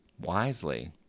wisely